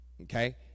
Okay